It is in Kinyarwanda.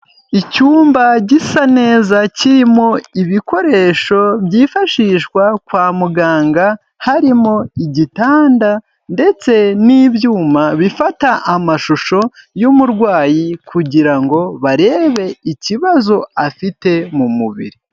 Icyumba gisa neza kirimo ibikoresho byifashishwa kwa muganga harimo igitanda ndetse n'ibyuma bifata amashusho y'umurwayi kugira ngo barebe ikibazo afite mu mubiri.